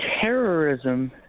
terrorism